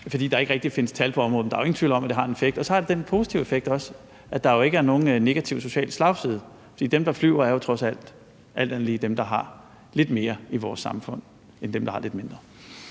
fordi der ikke rigtig findes tal på området, men der er jo ingen tvivl om, at det har en effekt. Og så har det også den positive effekt, at der jo ikke er nogen negativ social slagside, for dem, der flyver, er jo alt andet lige dem, der har lidt mere i vores samfund, end dem, der har lidt mindre.